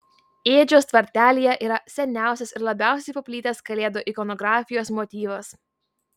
ėdžios tvartelyje yra seniausias ir labiausiai paplitęs kalėdų ikonografijos motyvas